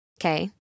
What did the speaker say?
okay